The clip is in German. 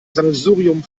sammelsurium